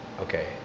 okay